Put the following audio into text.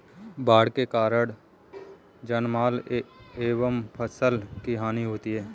बाढ़ के कारण जानमाल एवं फसल की हानि होती है